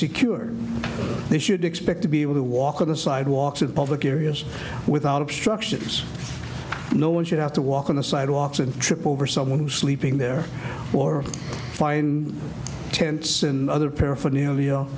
secure they should expect to be able to walk on the sidewalks of public areas without obstructions no one should have to walk on the sidewalks and trip over someone who's sleeping there or fine tents and other paraphernalia